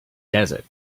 desert